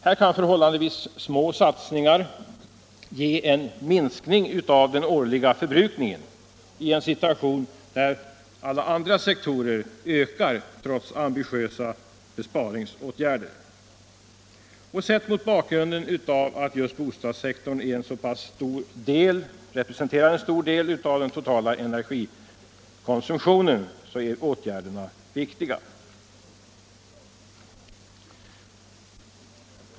Här kan förhållandevis små satsningar ge en minskning av den årliga förbrukningen i en situation där alla andra sektioner ökar trots ambitiösa besparingsåtgärder. Sett mot bakgrunden av att just bostadssektorn representerar en stor del av den totala energikonsumtionen är åtgärderna viktiga.